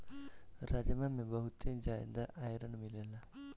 राजमा में बहुते जियादा आयरन मिलेला